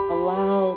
Allow